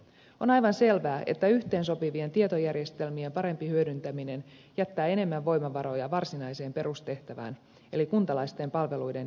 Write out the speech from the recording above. on aivan selvää että yhteensopivien tietojärjestelmien parempi hyödyntäminen jättää enemmän voimavaroja varsinaiseen perustehtävään eli kuntalaisten palveluiden järjestämiseen